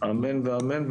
אמן ואמן.